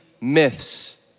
myths